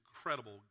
incredible